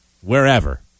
wherever